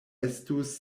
estus